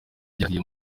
yarahiye